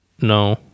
No